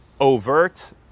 overt